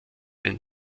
ein